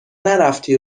نرفتی